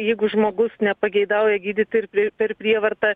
jeigu žmogus nepageidauja gydyti ir pri per prievartą